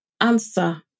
answer